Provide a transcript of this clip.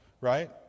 right